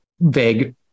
vague